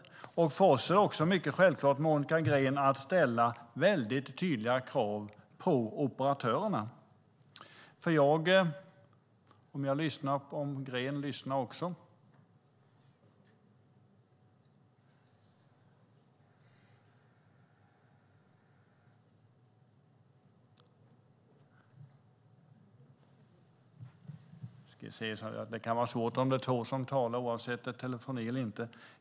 För oss är det också självklart att ställa mycket tydliga krav på operatörerna, Monica Green. Kanske Monica Green lyssnar också? Det är ju svårt när det är två som talar, även om det inte är telefoni.